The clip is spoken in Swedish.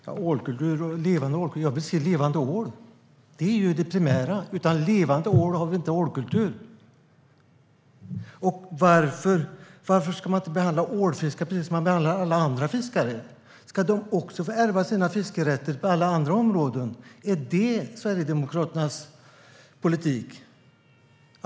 Herr talman! Vill man se en levande ålkultur? Jag vill se levande ål. Det är det primära. Utan levande ål har vi inte ålkultur. Varför ska man inte behandla ålfiskare precis som man behandlar alla andra fiskare? Ska de också få ärva sina fiskerätter på alla andra områden? Är det Sverigedemokraternas politik?